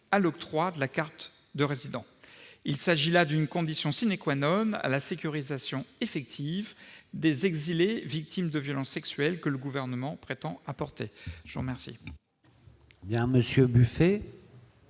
l'octroi de la carte de résident. Il s'agit là d'une condition de la sécurisation effective des exilés victimes de violences sexuelles que le Gouvernement prétend assurer. L'amendement